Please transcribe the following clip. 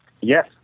Yes